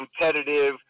competitive